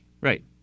right